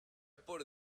por